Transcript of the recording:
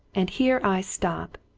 and here i stop!